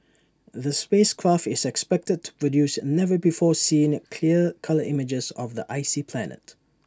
the space craft is expected to produce never before seen clear colour images of the icy planet